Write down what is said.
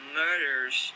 murders